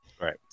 Right